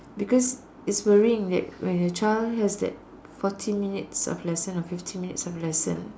because it's worrying that when your child has that forty minutes of lesson or fifty minutes of lesson